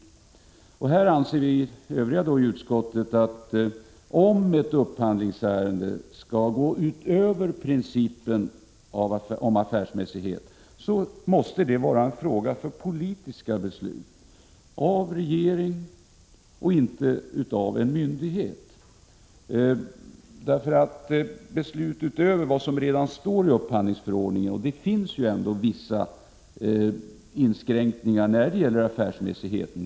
Vi som representerar övriga partier i utskottet anser att om ett upphandlingsärende skall gå utöver principen om affärsmässighet måste det bli fråga om politiska beslut — av regeringen och inte av en myndighet. Det gäller beslut utöver vad som sedan står i upphandlingsförordningen. Det finns ju ändå vissa inskränkningar när det gäller affärsmässigheten.